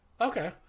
Okay